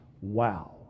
Wow